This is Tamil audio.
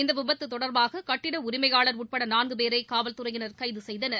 இந்த விபத்து தொடர்பாக கட்டிட உரிமையாளர் உட்பட நான்கு பேரை காவல்துறையினர் கைது செய்தனர்